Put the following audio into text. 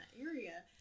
area